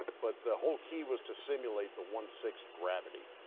but the whole key was to simulate the one sixth gravity,